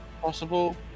possible